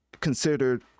considered